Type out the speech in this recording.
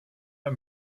der